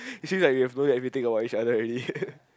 we seem like we have known everything about each other already ppl